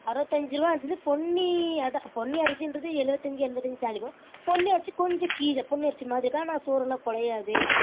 அறுபத்தஞ்சி ரூவா அரிசி வந்து பொன்னி அதுதான் பொன்னி அரிசின்றது எழுவத்தஞ்சி எண்பத்தஞ்சு தாண்டி போகும் பொன்னி அரிசி கொஞ்சம் கீழே பொன்னி அரிசி மாதிரி இருக்கும் ஆனால் சோறெல்லாம் கொழையாது